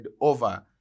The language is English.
over